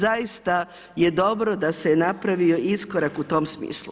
Zaista je dobro da se napravio iskorak u tom smislu.